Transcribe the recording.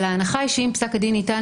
אבל אני מניחה שאם פסק הדין ניתן